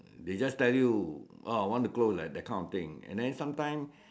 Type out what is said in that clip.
they just tell you ah want to close that kind of thing then sometime